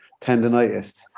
tendonitis